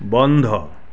বন্ধ